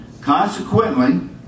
Consequently